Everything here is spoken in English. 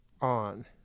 on